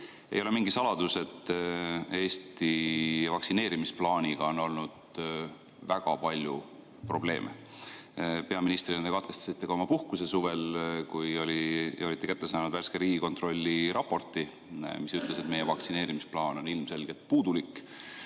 Ei ole mingi saladus, et Eesti vaktsineerimisplaaniga on olnud väga palju probleeme. Peaministrina te katkestasite oma puhkuse suvel, kui olite kätte saanud värske Riigikontrolli raporti, mis ütles, et meie vaktsineerimisplaan on ilmselgelt puudulik.